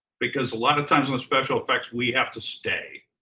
because a lot of times with special effects we have to stay,